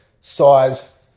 size